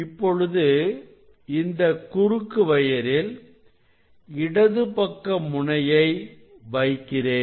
இப்பொழுது இந்த குறுக்கு வயரில் இடதுபக்க முனையை வைக்கிறேன்